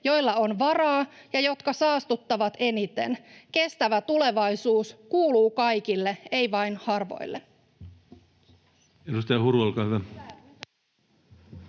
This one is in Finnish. joilla on varaa ja jotka saastuttavat eniten. Kestävä tulevaisuus kuuluu kaikille, ei vain harvoille.